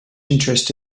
interest